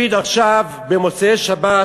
כאשר לפיד, עכשיו, במוצאי שבת,